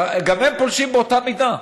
גם הם פולשים באותה מידה.